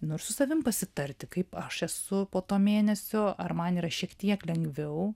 nu ir su savim pasitarti kaip aš esu po to mėnesio ar man yra šiek tiek lengviau